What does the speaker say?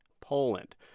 Poland